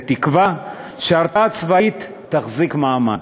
בתקווה שההרתעה הצבאית תחזיק מעמד.